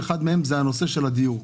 אחד מהם זה הנושא של הדיור.